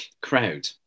crowd